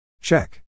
Check